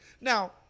Now